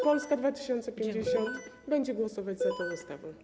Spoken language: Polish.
Polska 2050 będzie głosować za tą ustawą.